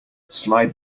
slide